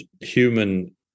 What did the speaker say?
human